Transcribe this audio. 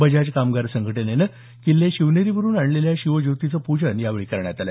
बजाज कामगार संघटनेनं शिवनेरीवरुन आणलेल्या शिव ज्योतीचं पूजन यावेळी करण्यात आलं